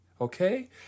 okay